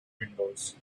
windows